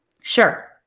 sure